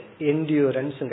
endurance